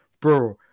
Bro